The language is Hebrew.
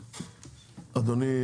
אדוני,